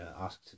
asked